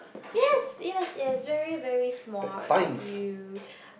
yes yes yes is very very smart of you